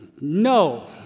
no